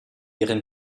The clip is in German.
ihren